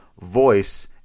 voice